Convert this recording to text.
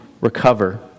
recover